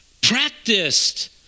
practiced